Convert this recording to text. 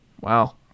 Wow